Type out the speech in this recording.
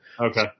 okay